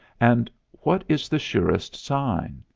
and what is the surest sign?